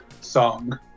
song